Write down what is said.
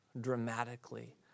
dramatically